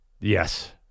Yes